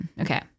okay